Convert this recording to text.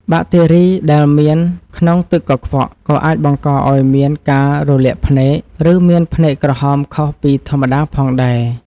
បាក់តេរីដែលមានក្នុងទឹកកខ្វក់ក៏អាចបង្កឱ្យមានការរលាកភ្នែក ឬមានភ្នែកក្រហមខុសពីធម្មតាផងដែរ។